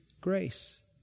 grace